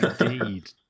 indeed